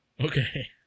Okay